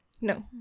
No